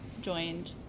joined